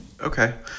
Okay